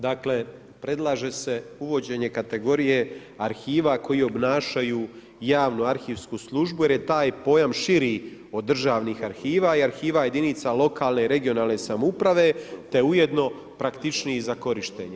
Dakle predlaže se uvođenje kategorije arhiva koji obnašaju javnu arhivsku službu jer je taj pojam širi od državnih arhiva i arhiva jedinica lokalne i regionalne samouprave te ujedno praktičniji za korištenje.